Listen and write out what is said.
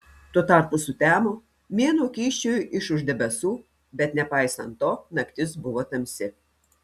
tuo tarpu sutemo mėnuo kyščiojo iš už debesų bet nepaisant to naktis buvo tamsi